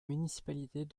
municipalités